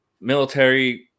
military